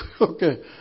okay